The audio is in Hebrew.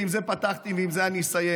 ועם זה פתחתי ועם זה אני אסיים,